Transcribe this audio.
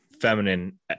feminine